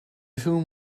whom